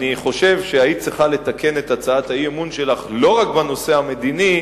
אני חושב שהיית צריכה לתקן את הצעת האי-אמון שלך לא רק בנושא המדיני,